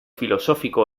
filosófico